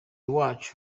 n’abahanzi